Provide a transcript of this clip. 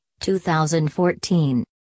2014